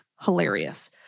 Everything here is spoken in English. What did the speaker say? hilarious